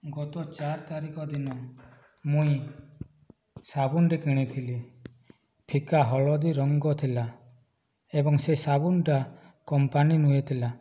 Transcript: ଗତ ଚାରି ତାରିଖ ଦିନ ମୁଁ ସାବୁନ୍ଟିଏ କିଣିଥିଲି ଫିକା ହଳଦୀ ରଙ୍ଗ ଥିଲା ଏବଂ ସେ ସାବୁନ୍ଟା କମ୍ପାନୀ ନୁହେଁ ଥିଲା